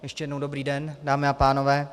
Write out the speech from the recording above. Ještě jednou dobrý den, dámy a pánové.